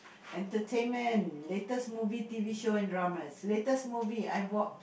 entertainment latest movie t_v show and dramas latest movie I watch